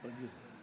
תגיד.